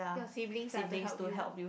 your siblings ah to help you